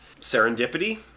serendipity